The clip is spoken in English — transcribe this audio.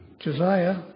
Josiah